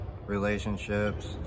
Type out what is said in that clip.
relationships